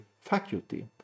faculty